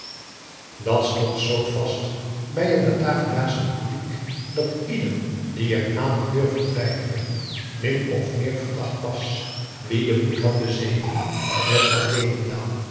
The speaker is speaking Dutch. dat stond zoo vast bij het bataviasche publiek dat ieder die er aan had durven twijfelen min of meer verdacht was wie den moed had bezeten met van